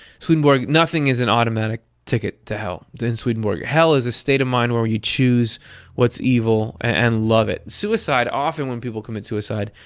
swedenborg. nothing is an automatic ticket to hell in swedenborg. hell is a state of mind where you choose what's evil and love it. suicide, often when people commit suicide,